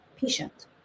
patient